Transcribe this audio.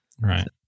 Right